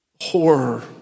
horror